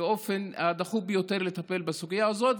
באופן הדחוף ביותר לטפל בסוגיה הזאת,